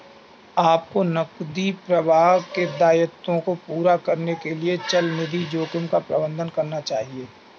आपको नकदी प्रवाह के दायित्वों को पूरा करने के लिए चलनिधि जोखिम का प्रबंधन करना चाहिए